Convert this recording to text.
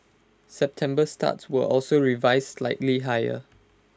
September starts were also revised slightly higher